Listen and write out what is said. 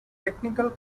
technical